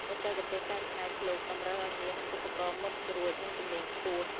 បច្ចេកទេសកែច្នៃភ្លុកតម្រូវឱ្យមានឧបករណ៍មុតស្រួច និងជំនាញខ្ពស់។